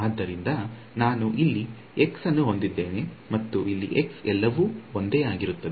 ಆದ್ದರಿಂದ ನಾನು ಇಲ್ಲಿ x ಅನ್ನು ಹೊಂದಿದ್ದೇನೆ ಮತ್ತು ಇಲ್ಲಿ x ಎಲ್ಲವೂ ಒಂದೇ ಆಗಿರುತ್ತದೆ